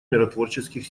миротворческих